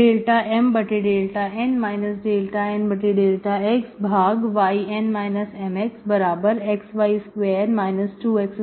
∂M∂y ∂N∂xyN Mxxy2 2x2y4x 2y xy2x y xyy 2x 2y 2x xy2x